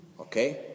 Okay